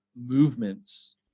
movements –